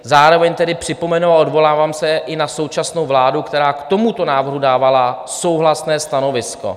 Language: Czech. Zároveň tedy připomenu a odvolávám se i na současnou vládu, která k tomuto návrhu dávala souhlasné stanovisko.